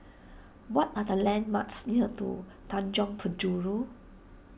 what are the landmarks near to Tanjong Penjuru